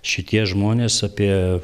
šitie žmonės apie